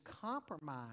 compromise